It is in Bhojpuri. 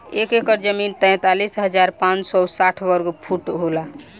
एक एकड़ जमीन तैंतालीस हजार पांच सौ साठ वर्ग फुट होला